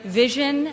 vision